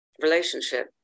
relationship